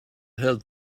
held